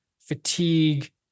fatigue